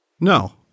No